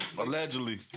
Allegedly